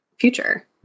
future